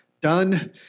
done